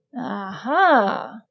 Aha